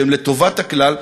שהם לטובת הכלל,